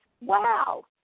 Wow